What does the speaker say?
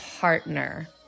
partner